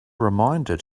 reminder